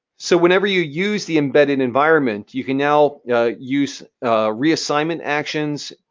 so whenever you use the embedded environment, you can now yeah use reassignment actions,